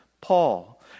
Paul